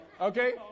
Okay